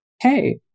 hey